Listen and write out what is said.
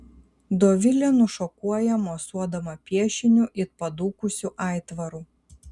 dovilė nušokuoja mosuodama piešiniu it padūkusiu aitvaru